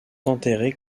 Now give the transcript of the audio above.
enterrés